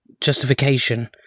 justification